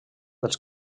dels